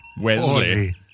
Wesley